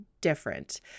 different